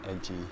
edgy